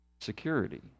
security